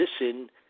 listen